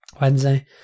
Wednesday